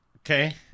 okay